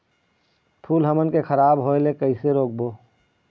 फूल हमन के खराब होए ले कैसे रोकबो?